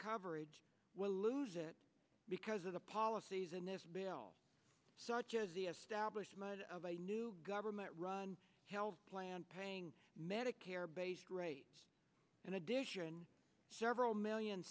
coverage will lose it because of the policies in this bill such as the establishment's of a new government run health plan paying medicare based rates in addition several million